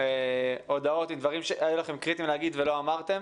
תשלחו לנו הודעות ודברים קריטיים שהיו לכם לומר ולא אמרתם.